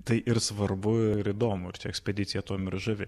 tai ir svarbu ir įdomu ir čia ekspedicija tuom ir žavi